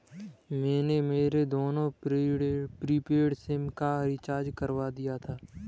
मैंने मेरे दोनों प्रीपेड सिम का रिचार्ज करवा दिया था